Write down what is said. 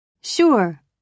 Sure